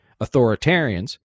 authoritarians